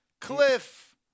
Cliff